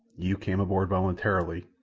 you came aboard voluntarily,